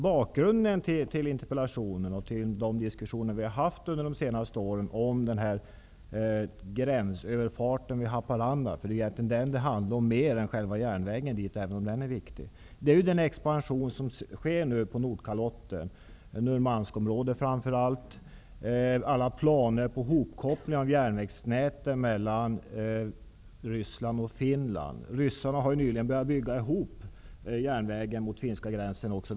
Bakgrunden till interpellationen och till de diskussioner som vi har haft under de senaste åren om gränsöverfarten vid Haparanda -- det är ju den det egentligen handlar mer om än om järnvägen dit, även om även den är viktig -- är den expansion som nu sker på Nordkalotten, på Murmansk-området, framför allt med tanke på alla hopkopplingar av järnvägsnät mellan Ryssland och Finland. Ryssarna har nyligen börjat bygga ut järnvägen mot finska gränsen.